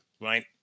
right